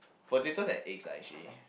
potatoes and eggs lah actually